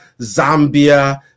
Zambia